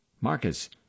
Marcus